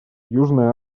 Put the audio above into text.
южная